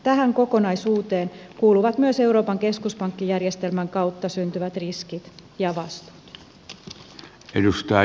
tähän kokonaisuuteen kuuluvat myös euroopan keskuspankkijärjestelmän kautta syntyvät riskit ja vastuut